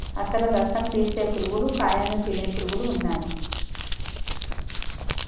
అసలు రసం పీల్చే పురుగులు కాయను తినే పురుగులు ఉన్నయ్యి